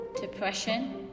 depression